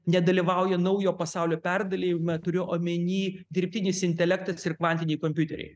nedalyvauja naujo pasaulio perdalijime turiu omeny dirbtinis intelektas ir kvantiniai kompiuteriai